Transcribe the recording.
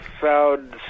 found